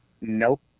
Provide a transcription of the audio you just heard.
Nope